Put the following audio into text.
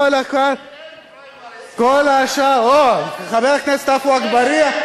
את צודקת, אצלם אין פריימריס.